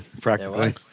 practically